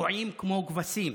לפעות כמו כבשים?